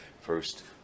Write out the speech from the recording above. first